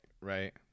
Right